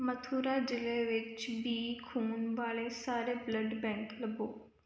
ਮਥੁਰਾ ਜ਼ਿਲ੍ਹੇ ਵਿੱਚ ਬੀ ਖੂਨ ਵਾਲੇ ਸਾਰੇ ਬਲੱਡ ਬੈਂਕ ਲੱਭੋ